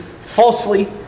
falsely